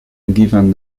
given